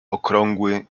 okrągły